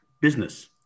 business